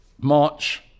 March